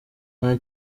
nta